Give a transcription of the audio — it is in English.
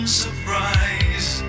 surprise